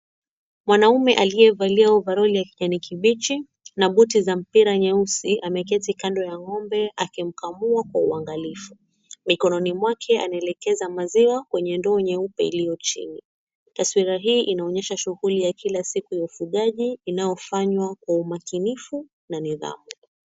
Mwanaume aliyevalia overall ya kijani kibichi na buti za mpira nyeusi ameketi kando ya ng'ombe akimkamua kwa uangalifu. Mikononi mwake anaelekeza maziwa kwenye ndoo nyeupe ilio chini. Taswira hii inaonyesha shughuli ya kila siku ya ufugaji inayofanywa kwa umakinifu na nidhamu.